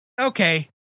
Okay